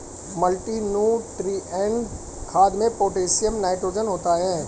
multinutrient खाद में potassium nitrogen होता है